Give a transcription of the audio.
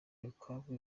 bukavu